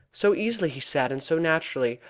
so easily he sat and so naturally,